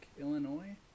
Illinois